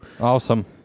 awesome